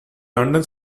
london